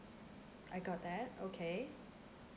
I got that okay